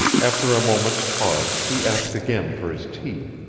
after a moment's pause he asked again for his tea.